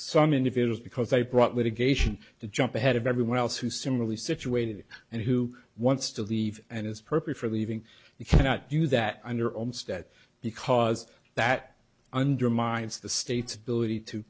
some individuals because they brought litigation to jump ahead of everyone else who similarly situated and who wants to leave and his purpose for leaving you cannot do that on your own stat because that undermines the state